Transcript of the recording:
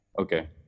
okay